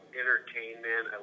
entertainment